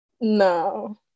no